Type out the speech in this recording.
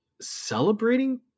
celebrating